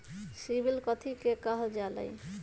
CIBIL कथि के काहल जा लई?